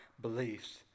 beliefs